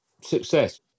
Success